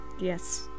Yes